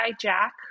Jack